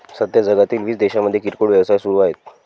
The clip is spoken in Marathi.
सध्या जगातील वीस देशांमध्ये किरकोळ व्यवसाय सुरू आहेत